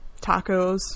Tacos